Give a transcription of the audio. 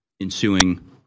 ensuing